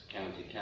County